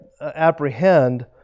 apprehend